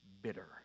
Bitter